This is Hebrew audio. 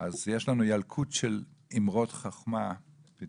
יש לנו ילקוט של אמרות חוכמה,